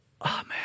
Amen